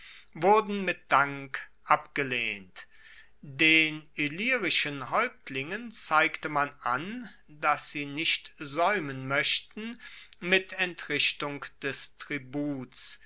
wurden mit dank abgelehnt den illyrischen haeuptlingen zeigte man an dass sie nicht saeumen moechten mit entrichtung des tributs